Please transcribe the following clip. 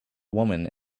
woman